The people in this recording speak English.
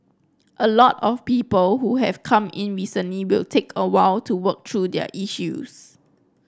a lot of people who have come in recently will take a while to work through their issues